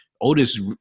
Otis